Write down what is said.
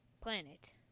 planet